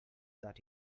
that